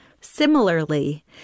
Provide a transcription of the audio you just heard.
Similarly